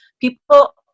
People